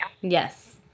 Yes